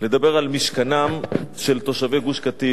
לדבר על משכנם של תושבי גוש-קטיף.